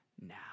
Now